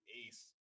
ace